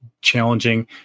challenging